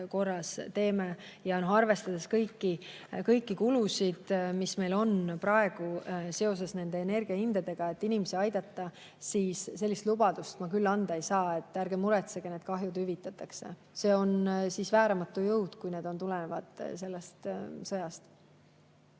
teeme. Arvestades kõiki kulusid, mis meil on praegu seoses energiahindadega, et inimesi aidata, siis sellist lubadust ma küll anda ei saa, et ärge muretsege, need kahjud hüvitatakse. See on siis vääramatu jõud, kui need tulenevad sellest sõjast.